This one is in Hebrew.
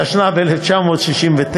התשנ"ו 1996,